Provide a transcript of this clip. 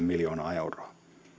miljoonaa euroa